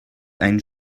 ein